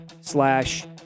slash